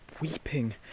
weeping